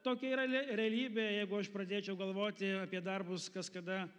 tokia yra realybė jeigu aš pradėčiau galvoti apie darbus kas kada